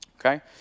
okay